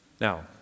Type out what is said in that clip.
Now